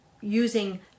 using